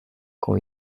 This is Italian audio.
con